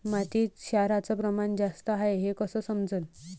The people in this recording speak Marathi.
मातीत क्षाराचं प्रमान जास्त हाये हे कस समजन?